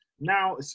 Now